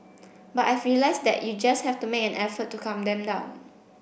but I've realised that you just have to make an effort to calm them down